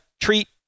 treat